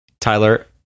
Tyler